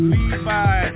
Levi